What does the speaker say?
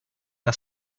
are